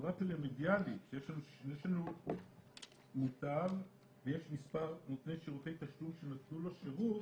פירמידה יש לנו מוטב ויש מספר נותני שירותי תשלום שנתנו לו שירות,